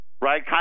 right